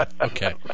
Okay